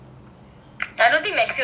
I don't think next year also can go